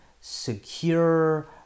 secure